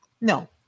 No